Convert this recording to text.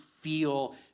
feel